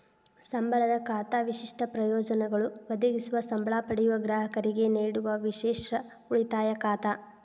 ಸಂಬಳದ ಖಾತಾ ವಿಶಿಷ್ಟ ಪ್ರಯೋಜನಗಳು ಒದಗಿಸುವ ಸಂಬ್ಳಾ ಪಡೆಯುವ ಗ್ರಾಹಕರಿಗೆ ನೇಡುವ ವಿಶೇಷ ಉಳಿತಾಯ ಖಾತಾ